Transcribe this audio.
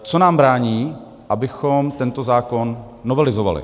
Co nám brání, abychom tento zákon novelizovali?